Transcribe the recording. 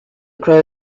crow